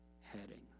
heading